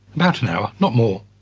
about an hour, not more.